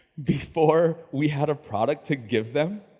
before we had a product to give them,